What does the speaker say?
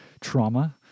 trauma